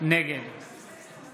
נגד